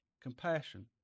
Compassion